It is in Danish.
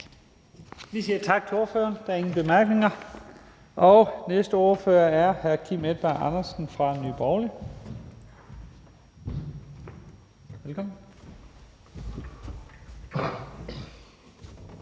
Vi siger tak til ordføreren. Der er ingen korte bemærkninger. Næste ordfører er hr. Kim Edberg Andersen fra Nye Borgerlige. Velkommen.